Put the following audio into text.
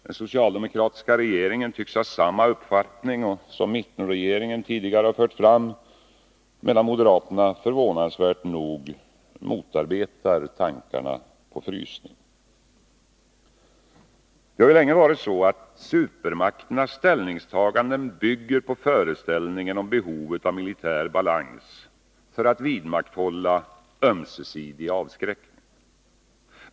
Den socialdemokratiska regeringen tycks ha samma uppfattning som mittenregeringen tidigare har fört fram, medan moderaterna förvånansvärt nog motarbetar tankarna på frysning. Det har länge varit så, att supermakternas ställningstaganden bygger på föreställningen om behovet av militär balans för att vidmakthålla ömsesidig avskräckning.